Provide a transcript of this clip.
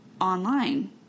online